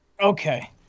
Okay